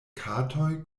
katoj